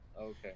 Okay